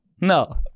No